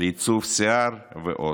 לעיצוב שיער ועוד.